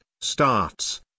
starts